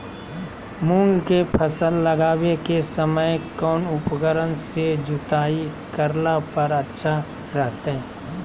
मूंग के फसल लगावे के समय कौन उपकरण से जुताई करला पर अच्छा रहतय?